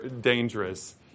dangerous